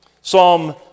psalm